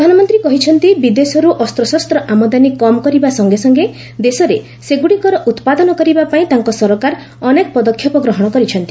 ପ୍ରଧାନମନ୍ତ୍ରୀ କହିଛନ୍ତି ବିଦେଶରୁ ଅସ୍ତ୍ରଶସ୍ତ ଆମଦାନୀ କମ୍ କରିବା ସଙ୍ଗେ ସଙ୍ଗେ ଦେଶରେ ସେଗୁଡ଼ିକର ଉତ୍ପାଦନ କରିବା ପାଇଁ ତାଙ୍କ ସରକାର ଅନେକ ପଦକ୍ଷେପ ଗ୍ରହଣ କରିଛନ୍ତି